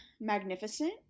Magnificent